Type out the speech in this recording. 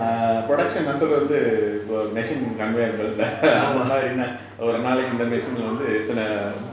err production நா சொல்றது வந்து இப்போ:naa solrathu vanthu ippo machine அந்த மாரி நா ஒரு நாளைக்கு இந்த:antha mari naa oru nalaiku intha machine leh வந்து எத்தன:vanthu ethana